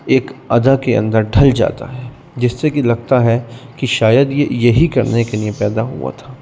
ایک ادا کے اندر ڈھل جاتا ہے جس سے کہ لگتا ہے کہ شاید یہ یہی کرنے کے لیے پیدا ہوا تھا